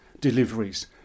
deliveries